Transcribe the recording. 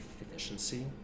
efficiency